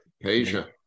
Asia